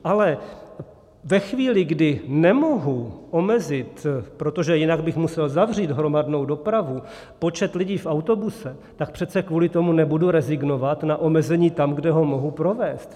Ale ve chvíli, kdy nemohu omezit, protože jinak bych musel zavřít hromadnou dopravu, počet lidí v autobuse, tak přece kvůli tomu nebudu rezignovat na omezení tam, kde ho mohu provést!